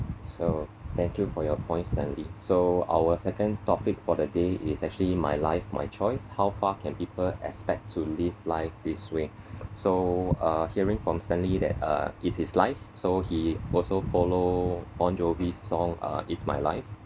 so thank you for your point stanley so our second topic for the day is actually my life my choice how far can people expect to live life this way so uh hearing from stanley that uh it's his life so he also follow bon jovi song uh it's my life